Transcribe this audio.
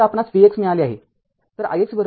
तरआपणास vx मिळाले आहे